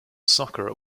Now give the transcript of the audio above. soccer